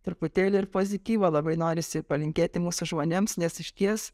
truputėlį ir pozityvo labai norisi palinkėti mūsų žmonėms nes išties